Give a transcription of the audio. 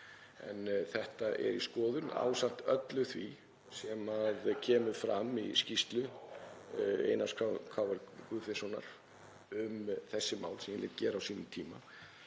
En þetta er í skoðun ásamt öllu því sem kemur fram í skýrslu Einars K. Guðfinnssonar um þessi mál sem ég lét gera á sínum tíma.